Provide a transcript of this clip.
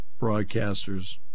broadcasters